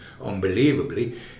unbelievably